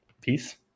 Peace